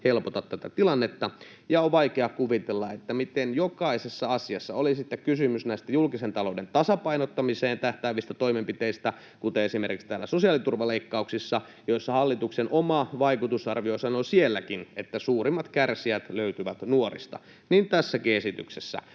helpota tätä tilannetta. On vaikea kuvitella, miten jokaisessa asiassa, oli sitten kysymys näistä julkisen talouden tasapainottamiseen tähtäävistä toimenpiteistä — kuten esimerkiksi sosiaaliturvaleikkauksista, joissa sielläkin hallituksen oma vaikutusarvio sanoo, että suurimmat kärsijät löytyvät nuorista — tai tästä esityksestä,